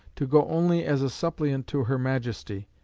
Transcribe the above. to go only as a suppliant to her majesty.